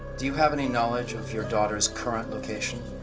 do you have any knowledge of your daughter's current location?